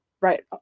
right